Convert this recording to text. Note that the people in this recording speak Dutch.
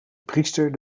priester